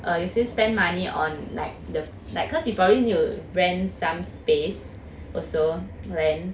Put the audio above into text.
err you still spend money on like the like cause you probably need to rent some space also then